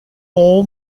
all